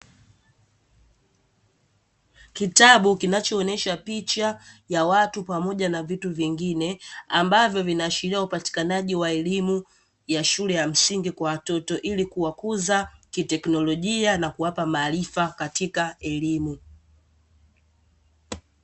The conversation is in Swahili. Kitabu kinachoonesha picha ya watu pamoja na vitu vingine, ambavyo vinaashiria upatikanaji wa elimu ya shule ya msingi kwa watoto ili kuwakuza kiteknolojia na kuwapa maarifa katika elimu.